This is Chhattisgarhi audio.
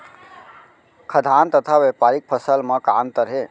खाद्यान्न तथा व्यापारिक फसल मा का अंतर हे?